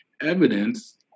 evidence